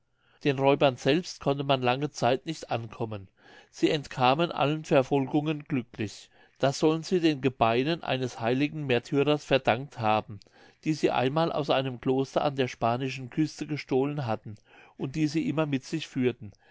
den räubern selbst konnte man lange zeit nicht ankommen sie entkamen allen verfolgungen glücklich das sollen sie den gebeinen eines heiligen märtyrers verdankt haben die sie einmal aus einem kloster an der spanischen küste gestohlen hatten und die sie immer mit sich führten